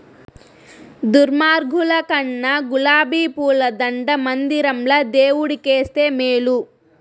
దుర్మార్గుల కన్నా గులాబీ పూల దండ మందిరంల దేవుడు కేస్తే మేలు